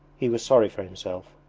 he was sorry for himself.